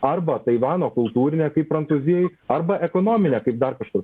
arba taivano kultūrinė kaip prancūzijoj arba ekonominė kaip dar kažkur